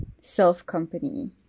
self-company